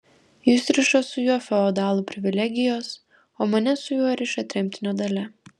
jus riša su juo feodalų privilegijos o mane su juo riša tremtinio dalia